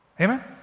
Amen